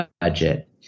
budget